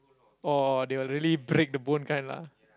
or they will really break the bone kind lah